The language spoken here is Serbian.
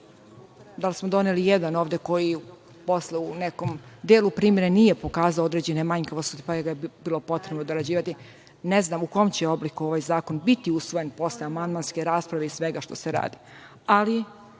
Da li smo doneli jedan ovde koji posle u nekom delu primene nije pokazao određene manjkavosti, pa ga je bilo potrebno dorađivati. Ne znam u kom će obliku ovaj zakon biti usvojen posle amandmanske rasprave i svega što se radi,